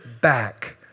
back